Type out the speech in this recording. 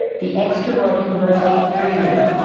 the extra rod can rotate freely,